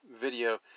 video